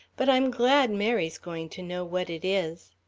but i'm glad mary's going to know what it is.